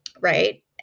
right